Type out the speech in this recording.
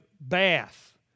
Bath